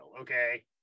okay